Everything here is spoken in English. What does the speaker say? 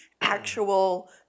actual